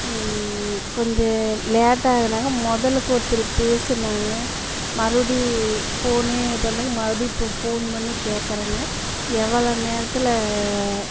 கொஞ்சம் லேட்டாக ஆக்கினாங்க முதலுக்கு ஒருத்தர் பேசுனாங்க மறுபடி ஃபோனே பண்ணலங்க மறுபடி இப்போது ஃபோன் பண்ணி கேட்குறங்க எவ்வளோ நேரத்தில்